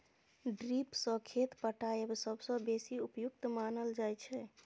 drip सँ खेत पटाएब सबसँ बेसी उपयुक्त मानल जाइ छै